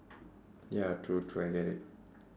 ya true true I get it